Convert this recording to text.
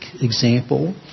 example